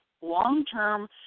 long-term